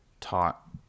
taught